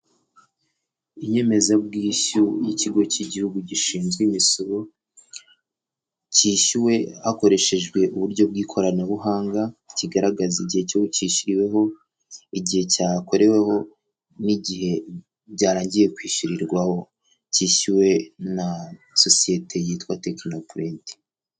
Inyemezabwishyu y'ikigo cy'igihugu gishinzwe imisoro, cyishyuwe hakoreshejwe uburyo bw'ikoranabuhanga, kigaragaza igihe cyishyuriweho igihe cyakoreweho n'igihe byarangiye kwishyurirwaho ,cyishyuwe na sosiyete yitwa technoprint.